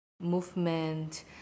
movement